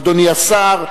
אדוני השר,